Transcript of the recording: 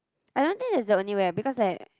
I don't think that's the only way because like